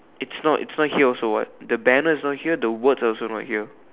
it's not it's not here also what the banner not here the word also not here